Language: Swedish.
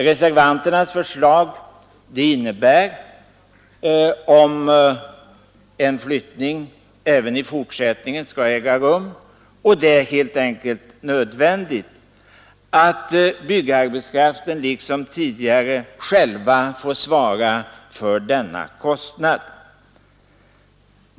Reservanternas förslag innebär — om en flyttning även i fortsättningen skall äga rum, vilket helt enkelt är nödvändigt — att byggarbetskraften liksom tidigare själv får svara för denna kostnad.